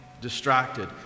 distracted